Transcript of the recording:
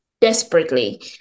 desperately